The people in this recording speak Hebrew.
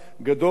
גדול,